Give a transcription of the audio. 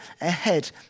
ahead